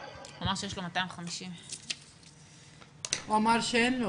הוא אמר שיש לו 250. אין לו